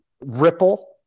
Ripple